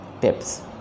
tips